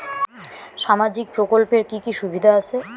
সামাজিক প্রকল্পের কি কি সুবিধা আছে?